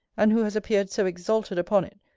and who has appeared so exalted upon it,